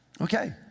Okay